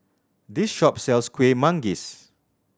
this shop sells Kueh Manggis